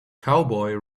cowboy